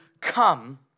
come